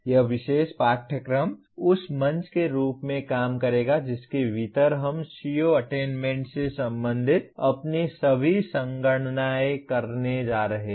यह विशेष पाठ्यक्रम उस मंच के रूप में काम करेगा जिसके भीतर हम CO अटेन्मेन्ट से संबंधित अपनी सभी संगणनाएँ करने जा रहे हैं